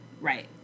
Right